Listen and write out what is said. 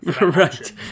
right